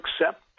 accept